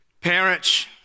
Parents